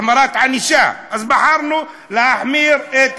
החמרת ענישה, אז בחרנו להחמיר את